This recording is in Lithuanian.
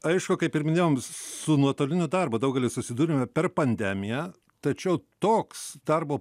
aišku kaip ir minėjom ss su nuotoliniu darbu daugelis susidūrėme per pandemiją tačiau toks darbo